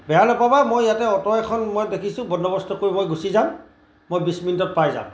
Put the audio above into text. বেয়া নেপাবা মই ইয়াতে অটো এখন মই দেখিছোঁ বন্দবস্ত কৰি মই গুচি যাম মই বিছ মিনিটত পাই যাম